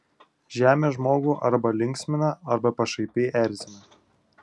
žemė žmogų arba linksmina arba pašaipiai erzina